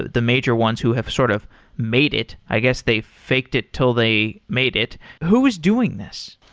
the major ones who have sort of made it. i guess they faked it till they made it. who was doing this?